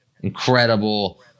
incredible